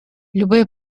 любые